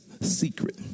secret